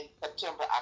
September